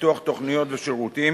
בפיתוח תוכניות ושירותים